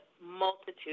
multitude